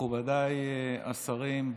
מכובדיי השרים,